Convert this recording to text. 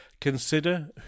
consider